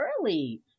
early